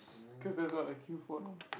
cause that's what I queue for know